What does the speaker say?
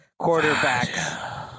quarterbacks